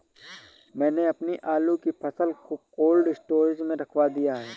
मैंने अपनी आलू की फसल को कोल्ड स्टोरेज में रखवा दिया